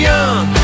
Young